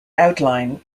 outline